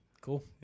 Cool